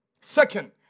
Second